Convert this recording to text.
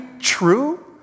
true